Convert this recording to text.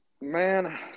Man